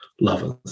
lovers